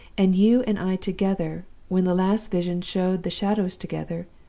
and you and i together, when the last vision showed the shadows together,